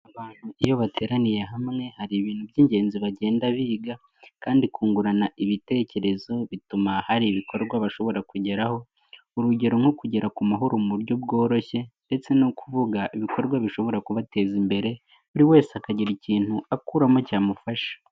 Abantu iyo bateraniye hamwe hari ibintu by'ingenzi bagenda biga, kandi kungurana ibitekerezo, bituma hari ibikorwa bashobora kugeraho. Urugero nko kugera ku mahoro mu buryo bworoshye, ndetse no kuvuga ibikorwa bishobora kubateza imbere, buri wese akagira ikintu akuramo cyamufasha.